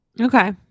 Okay